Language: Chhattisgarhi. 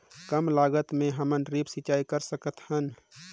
कम लागत मे हमन ड्रिप सिंचाई कर सकत हन?